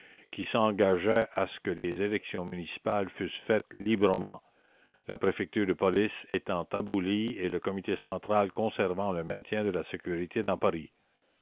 qui s'engageaient à ce que les élections municipales fussent faites librement la préfecture de police étant abolie et le comité central conservant le maintien de la sécurité dans paris